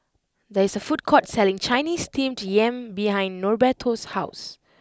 there is a food court selling Chinese Steamed Yam behind Norberto's house